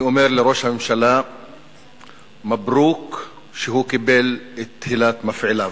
אני אומר לראש הממשלה מברוכ שהוא קיבל את תהילת מפעיליו.